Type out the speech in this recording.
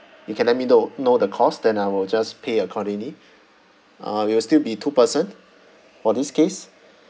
you can let me know know the cost then I will just pay accordingly uh we will still be two person for this case